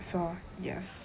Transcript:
so yes